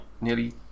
nearly